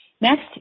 Next